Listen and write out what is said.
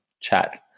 chat